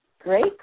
Great